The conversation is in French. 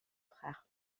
frère